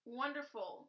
wonderful